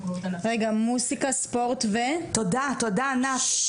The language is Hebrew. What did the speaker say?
מוסיקה ספורט ו תודה, תודה ענת.